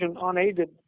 unaided